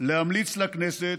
להמליץ לכנסת